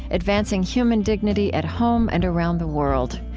advancing human dignity at home and around the world.